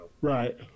Right